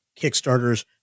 Kickstarters